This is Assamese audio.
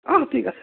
অঁ ঠিক আছে